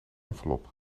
envelop